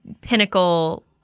pinnacle